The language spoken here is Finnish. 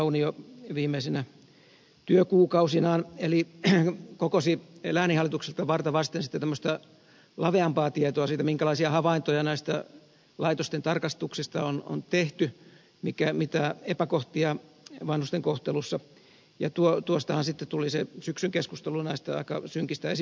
riitta leena paunio viimeisinä työkuukausinaan kokosi lääninhallituksilta varta vasten laveampaa tietoa siitä minkälaisia havaintoja näistä laitosten tarkastuksista on tehty mitä epäkohtia on vanhusten kohtelussa ja tuostahan sitten tuli se syksyn keskustelu näistä aika synkistä esimerkeistä